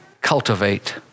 cultivate